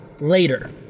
later